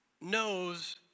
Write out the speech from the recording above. knows